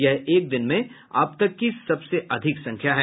यह एक दिन में अब तक की सबसे अधिक संख्या है